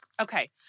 Okay